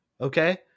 Okay